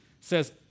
says